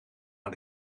aan